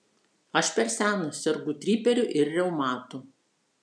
aš per senas sergu triperiu ir reumatu